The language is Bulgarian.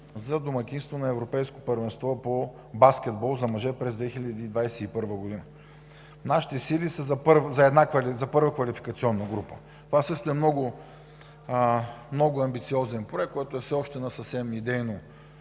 за домакинство на Европейско първенство по баскетбол за мъже през 2021 г. Нашите сили са първа квалификационна група. Това също е много амбициозен проект, който е все още на съвсем идейно